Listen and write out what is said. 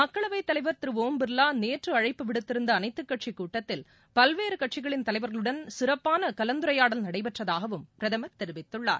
மக்களவை தலைவர் திரு ஓம் பிர்லா நேற்று அழைப்பு விடுத்திருந்த அனைத்து கட்சிக்கூட்டத்தில் பல்வேறு கட்சிகளின் தலைவர்களுடன் சிறப்பான கலந்துரையாடல் நடைபெற்றதாகவும் பிரதமர் தெரிவித்துள்ளார்